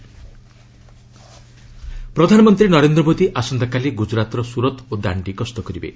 PM Gujarat ପ୍ରଧାନମନ୍ତ୍ରୀ ନରେନ୍ଦ୍ର ମୋଦି ଆସନ୍ତାକାଲି ଗୁଜରାତ୍ର ସ୍କରତ ଓ ଦାଣ୍ଡି ଗସ୍ତ କରିବେ